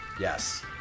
Yes